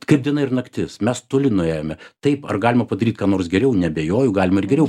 kaip diena ir naktis mes toli nuėjome taip ar galima padaryt ką nors geriau neabejoju galima ir geriau